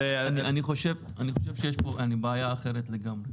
אני חושב שיש פה בעיה אחת לגמרי.